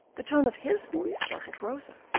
the tone of his voice startled rosa,